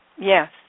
Yes